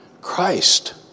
Christ